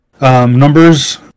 numbers